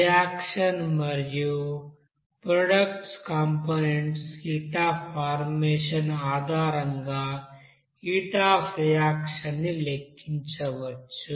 reaction మరియు products components heat of formation ఆధారంగా heat of reaction ని లెక్కించవచ్చు